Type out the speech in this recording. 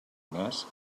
més